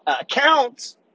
accounts